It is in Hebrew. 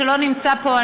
שלא נמצא פה,